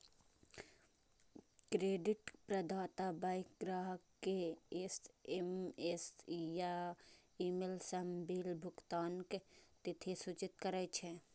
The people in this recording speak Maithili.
क्रेडिट प्रदाता बैंक ग्राहक कें एस.एम.एस या ईमेल सं बिल भुगतानक तिथि सूचित करै छै